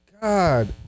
God